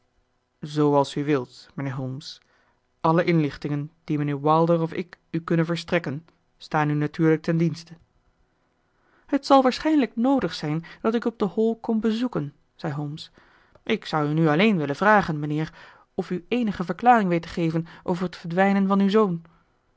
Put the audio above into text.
zooals u wilt mijnheer holmes alle inlichtingen die mijnheer wilder of ik u kunnen verstrekken staan u natuurlijk ten dienste het zal waarschijnlijk noodig zijn dat ik u op de hall kom bezoeken zei holmes ik zou u nu alleen willen vragen mijnheer of u eenige verklaring weet te geven over het verdwijnen van uw zoon